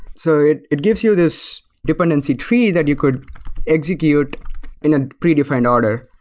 so it it gives you this dependency tree that you could execute in a pre defined order.